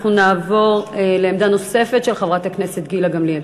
אנחנו נעבור לעמדה נוספת של חברת הכנסת גילה גמליאל.